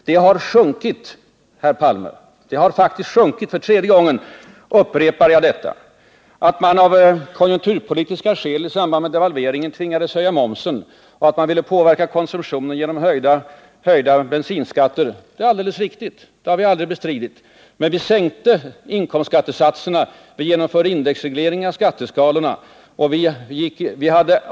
Det har sjunkit, herr Palme. Jag upprepar för andra gången: Det har faktiskt sjunkit. Att vi av konjunkturpolitiska skäl i samband med devalveringen tvingades höja momsen och ville påverka konsumtionen genom höjda bensinskatter är alldeles riktigt — det har vi aldrig bestritt. Men vi sänkte inkomstskattesatserna och vi genomförde en indexreglering av skatteskalorna.